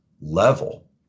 level